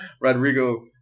Rodrigo